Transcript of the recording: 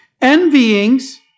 envyings